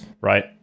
Right